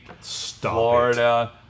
Florida